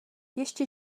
ještě